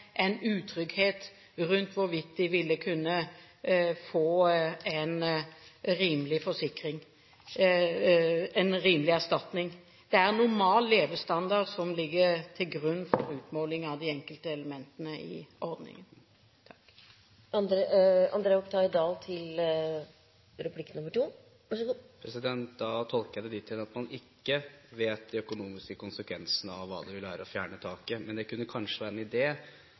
en utrygghet rundt hvorvidt de ville kunne få en rimelig erstatning. Det er normal levestandard som ligger til grunn for utmålingen av de enkelte elementene i ordningen. Da tolker jeg det dit hen at man ikke vet de økonomiske konsekvensene av hva det vil si å fjerne taket. Men det kunne kanskje være en